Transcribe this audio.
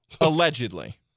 Allegedly